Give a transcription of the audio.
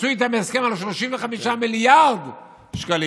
עשו איתם הסכם על 53 מיליארד שקלים.